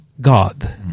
God